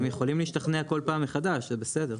הם יכולים להשתכנע כל פעם לחדש, זה בסדר.